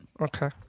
Okay